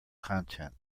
content